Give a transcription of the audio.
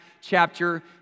chapter